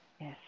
Yes